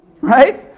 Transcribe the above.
right